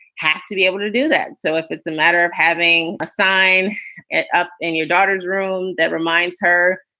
has to be able to do that so if it's a matter of having a sign and up in your daughter's room that reminds her,